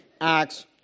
Acts